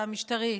המשטרית,